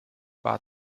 bar